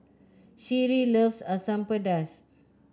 Sheree loves Asam Pedas